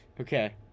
Okay